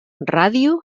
ràdio